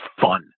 fun